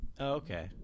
Okay